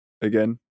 again